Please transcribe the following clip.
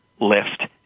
lift